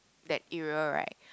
that area right